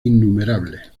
innumerables